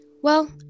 Well